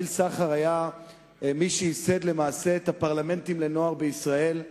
ניל סחר היה מי שייסד למעשה את הפרלמנטים לנוער בישראל,